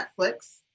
Netflix